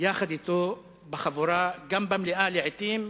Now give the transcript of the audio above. יחד אתו בחבורה גם במליאה לעתים,